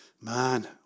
Man